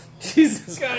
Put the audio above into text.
Jesus